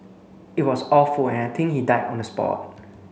it was awful and I think he died on the spot